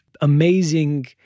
amazing